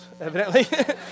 evidently